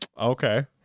Okay